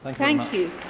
ah thank you.